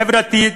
חברתית,